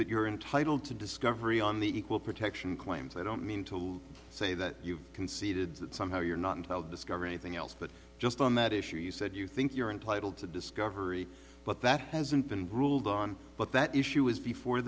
that you're entitle to discovery on the equal protection claims i don't mean to say that you've conceded that somehow you're not intel discover anything else but just on that issue you said you think you're entitled to discovery but that hasn't been ruled on but that issue is before